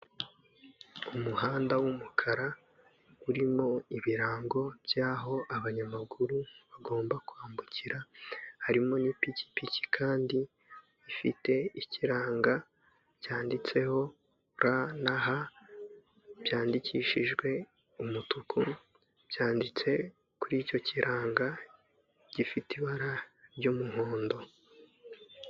Umuhanda w'umukara, urimo ibirango byaho abanyamaguru bagomba kwambukira, harimo nipikipiki kandi ifite ikiranga cyanditseho R na H byandikishijwe umutuku, byanditse kuri icyo kiranga gifite ibara ry'umuhondo.